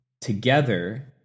together